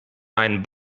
ein